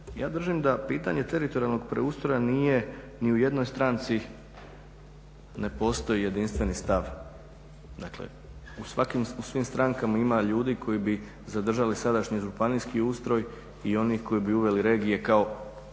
Ja držim da pitanje teritorijalnog preustroja nije, ni u jednoj stranci ne postoji jedinstveni stav, dakle u svim strankama ima ljudi koji bi zadržali sadašnji županijski ustroj i oni koji bi uveli regije kao